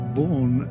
born